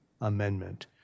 amendment